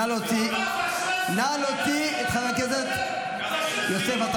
התכנון ביישובים